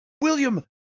William